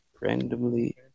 randomly